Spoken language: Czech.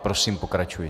Prosím, pokračujte.